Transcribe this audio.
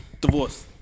divorce